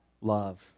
love